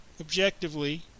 objectively